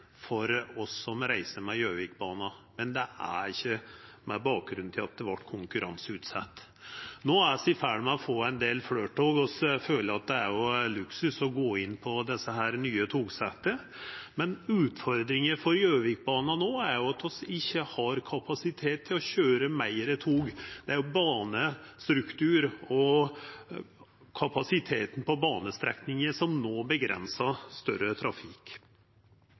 for oss som reiser med ho, men det er ikkje med bakgrunn i at ho vart konkurranseutsett. No er vi i ferd med å få ein del fleire tog. Vi føler at det er luksus å gå inn på desse nye togsetta, men utfordringa for Gjøvikbana no er at ein ikkje har kapasitet til å køyra fleire tog. Det er banestrukturen og kapasiteten på banestrekninga som no set grenser for større trafikk.